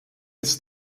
ist